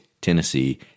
Tennessee